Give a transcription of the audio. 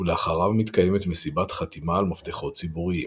ולאחריו מתקיימת מסיבת חתימה על מפתחות ציבוריים.